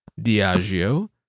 Diageo